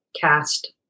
cast